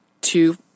two